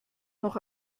noch